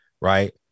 Right